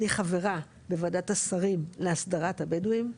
אני חברה בוועדת השרים להסדרת הבדואים.